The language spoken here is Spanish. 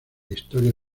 historia